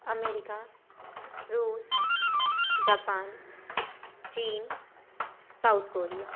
America Russia Japan China South Korea